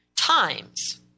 times